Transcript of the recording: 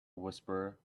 whisperer